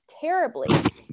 terribly